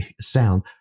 sound